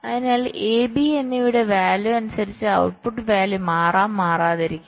അതിനാൽ A B എന്നിവയുടെ value അനുസരിച്ച് ഔട്ട്പുട്ട് വാല്യൂ മാറാം മാറാതിരിക്കാം